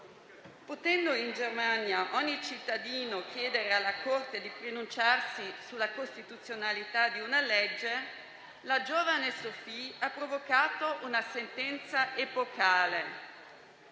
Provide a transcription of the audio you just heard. Potendo in Germania ogni cittadino chiedere alla Corte di pronunciarsi sulla costituzionalità di una legge, la giovane Sophie ha provocato una sentenza epocale: